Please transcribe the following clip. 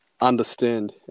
understand